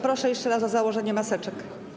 Proszę jeszcze raz o założenie maseczek.